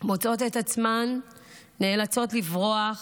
מוצאות את עצמן נאלצות לברוח